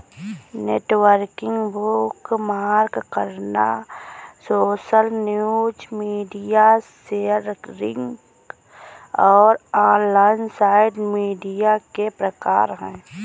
networking, bookmark करना, social news, media sharing और online site media के प्रकार हैं